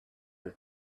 they